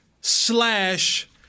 slash